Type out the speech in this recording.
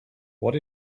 what